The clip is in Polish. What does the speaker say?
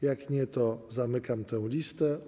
Jak nie, to zamykam tę listę.